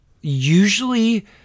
Usually